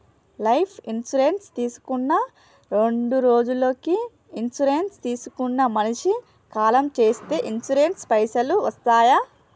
Life insurance తీసుకున్న రెండ్రోజులకి insurance తీసుకున్న మనిషి కాలం చేస్తే ఇన్సూరెన్స్ పైసల్ వస్తయా?